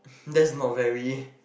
that's not very